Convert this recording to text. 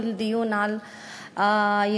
כל דיון על הילדים,